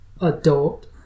adult